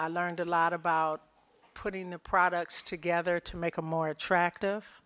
i learned a lot about putting the products together to make a more attractive